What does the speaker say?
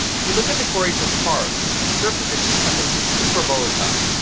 if you look at the query for cars, the serp positions have been super volatile.